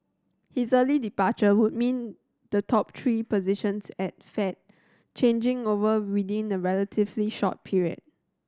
his early departure would mean the top three positions at Fed changing over within a relatively short period